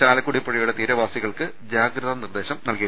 ചാലക്കുടി പുഴയുടെ തീരവാസികൾക്ക് ജാഗ്രതാ നിർദ്ദേശം നല്കി